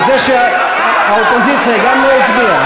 על זה שהאופוזיציה גם לא הצביעה?